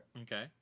Okay